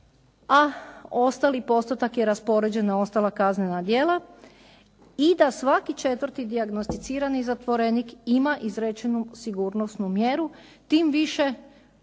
a ostali postotak je raspoređen na ostala kaznena djela i da svaki 4. dijagnosticirani zatvorenik ima izrečenu sigurnosnu mjeru, tim više vidimo